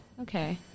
Okay